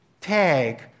tag